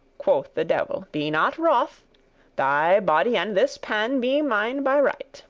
quoth the devil, be not wroth thy body and this pan be mine by right.